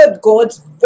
God's